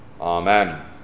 Amen